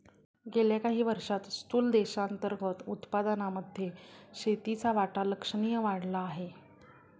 गेल्या काही वर्षांत स्थूल देशांतर्गत उत्पादनामध्ये शेतीचा वाटा लक्षणीय वाढला आहे